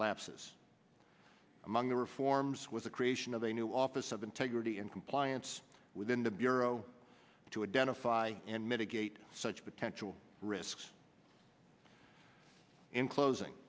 lapses among the reforms with the creation of a new office of integrity in compliance within the bureau to identify and mitigate such potential risks in closing